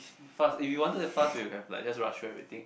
fast if you wanted it fast we will have like just rush through everything